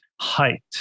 height